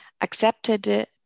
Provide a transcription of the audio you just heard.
accepted